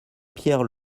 pierre